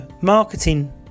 marketing